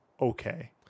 okay